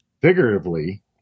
Figuratively